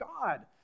God